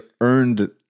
earned